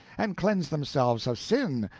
and cleanse themselves of sin,